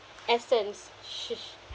essence